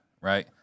right